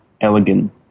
elegant